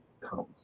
comes